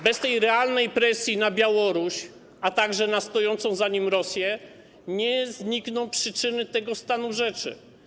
Bez realnej presji na Białoruś, a także na stojącą za nim Rosję nie znikną przyczyny tego stanu rzeczy.